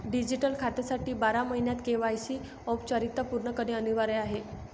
digital खात्यासाठी बारा महिन्यांत के.वाय.सी औपचारिकता पूर्ण करणे अनिवार्य आहे